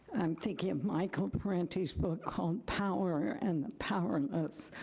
i'm thinking of michael parenti's book called power and powerless.